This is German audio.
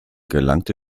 gelangte